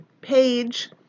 page